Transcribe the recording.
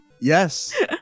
Yes